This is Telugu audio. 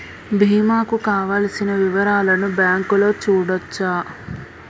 బీమా కు కావలసిన వివరాలను బ్యాంకులో చూడొచ్చా?